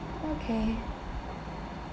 okay